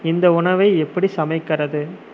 இந்த உணவை எப்படி சமைக்கிறது